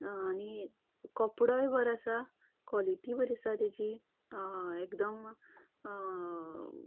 आनी कपडोय बोरो आसा क्लोलिटी बरी आसा तेजी एकदम